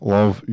Love